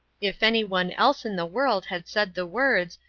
if anyone else in the world had said the words,